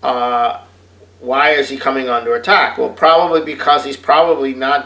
one why is he coming on the attack will probably because he's probably not